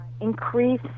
increase